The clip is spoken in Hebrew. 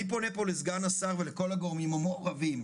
אני פונה לסגן השרה ולכל הגורמים המעורבים,